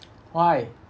why